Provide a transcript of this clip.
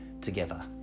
together